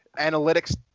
analytics